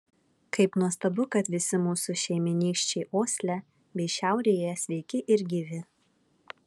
kaip nuostabu kad visi mūsų šeimynykščiai osle bei šiaurėje sveiki ir gyvi